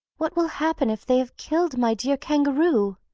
what will happen if they have killed my dear kangaroo?